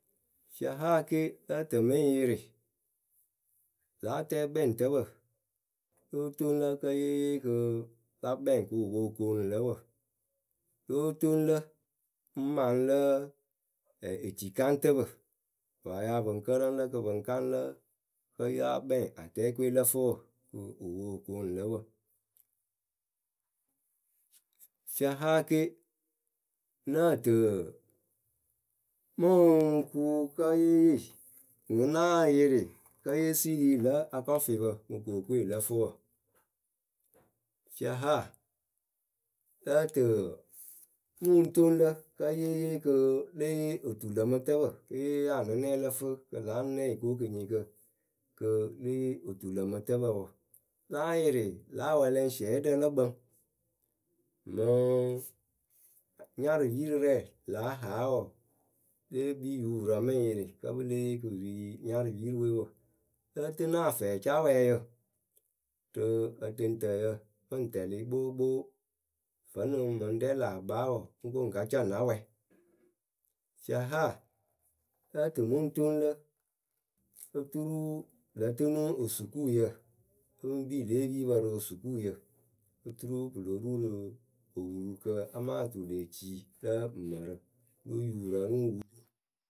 Fiahaa ke lǝ́ǝ tɨ mɨ ŋ yɩrɩ lǎ atɛɛkpɛŋtǝpǝ Lóo toŋ lǝ kǝ́ yée yee kɨ la kpɛŋ kɨ wɨ poŋ wɨ koonu lǝ wǝ Lóo toŋ lǝ, ŋ maŋ lǝǝ ɛɛ ecikaŋtǝpǝ pɨ pa ya pɨ ŋ kǝrǝŋ lǝ kɨ pɨ ŋ kaŋ lǝ kǝ́ yáa kpɛŋ atɛɛkɨ we lǝ fɨ wǝ, kɨ wɨ poŋ wɨ kooŋ lǝ wǝ Fiaha ke, nǝ́ǝ tɨ mɨ ŋ ŋ ku kǝ́ yée yee, ŋwʊ ŋ náa yɩrɩ kǝ́ yée siiri lǝ̌ akɔfɩpǝ mɨ kookooe lǝ fɨ wǝ Fiahaa. lǝ́ǝ tɨ mɨ ŋ toŋ lǝ kǝ́ yée yee kɨ le yee otulǝmɨtǝpǝ kǝ́ yée yee anɨnɛɛ lǝ fɨ kɨ lǎ anɨnɛɛ yǝ ko kɨnyɨɨkǝ Kɨ le yee otulǝmɨtǝpǝ wǝ, láa yɩrɩ lǎ wɛlɛŋsiɛdǝ lǝ kpǝŋ Mɨŋ nyarɨpirɨ rɛ láa haa wɔɔ, lée kpii yupurǝ mɨ ŋ yɩrɩ kǝ́ pɨ lée yee kɨ pɨ piri nyarɨpirɨwe wǝ Lǝ́ǝ tɨnɨ afɛɛcáwɛɛyǝ rɨ ǝtɨŋtǝǝyǝ mɨ ŋ tɛlɩ kpookpoo Vǝ́nɨŋ mɨŋ rɛ laa kpaa wɔɔ, ŋ ko ŋ ka cá na wɛ Fiahaa lǝ́ǝ tǝ mɨ ŋ toŋ lǝ oturu pɨ lǝ tɨnɨ osukuuyǝ pɨ ŋ kpii lě epipǝ rɨ osukuuyǝ oturu pɨ lo ru rɨ opurukǝ amaa otuleecii lǝ mǝrǝ, pɨlo yupurǝ rɨ ŋ wuru.